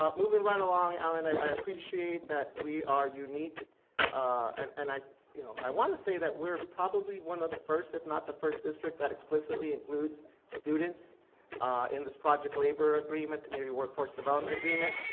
moving right along alan, i appreciate that we are unique and and i you know i want to say that we're probably one of the first, if not the first district that explicitly includes students in this project labor agreement. community workforce development agreement,